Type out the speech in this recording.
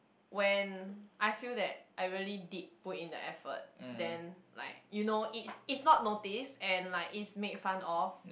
when I feel that I really did put in the effort then like you know it's it's not noticed and like it's made fun of